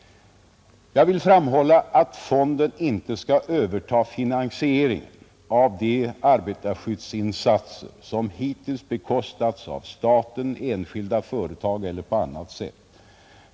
Jag vill framhålla att fonden inte skall överta finansieringen av de arbetarskyddsinsatser som hittills bekostats av staten, enskilda företag eller på annat sätt.